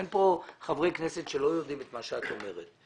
אין כאן חברי כנסת שלא יודעים את מה שאת אומרת.